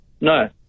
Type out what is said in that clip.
No